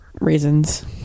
reasons